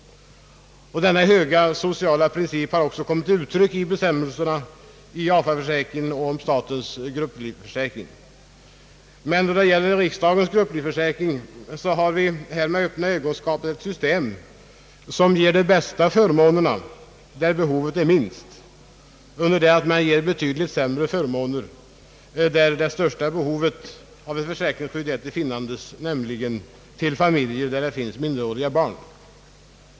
Denna sociala princip har också kommit till uttryck i bestämmelserna om :AFA-försäkringen och = statens grupplivförsäkring. Men när det gäller riksdagens grupplivförsäkring har vi med öppna ögon skapat ett system, som ger de bästa förmånerna åt dem för vilka behovet av skydd är minst, under det att man ger betydligt sämre förmåner åt dem som har det största behovet av ett försäkringsskydd, nämligen familjer som har minderåriga barn.